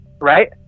right